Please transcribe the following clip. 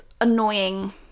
annoying